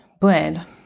blend